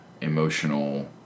emotional